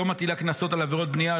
לא מטילה קנסות על עבירות בנייה,